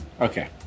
okay